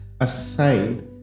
aside